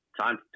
time